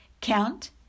Count